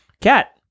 Cat